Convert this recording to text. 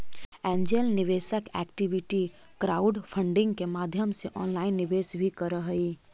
angel निवेशक equity crowdfunding के माध्यम से ऑनलाइन निवेश भी करऽ हइ